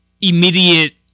immediate